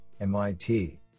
MIT